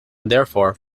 therefore